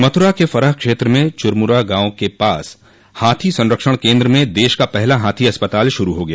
मथुरा के फरह क्षेत्र में चुरमुरा गांव के पास हाथी संरक्षण केन्द्र में देश का पहला हाथी अस्पताल शुरू हो गया